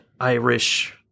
Irish